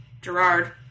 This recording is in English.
Gerard